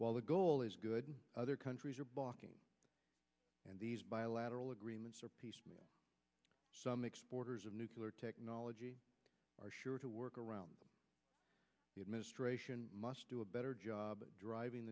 while the goal is good other countries are balking and these bilateral agreements are piecemeal some exporters of nuclear technology are sure to work around the administration must do a better job driving